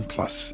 Plus